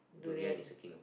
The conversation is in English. durian is the king